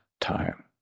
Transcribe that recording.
time